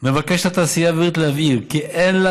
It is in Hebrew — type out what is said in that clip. מבקשת התעשייה האווירית להבהיר כי אין לה